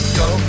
go